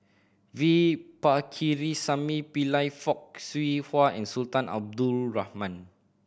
V Pakirisamy Pillai Fock Siew Wah and Sultan Abdul Rahman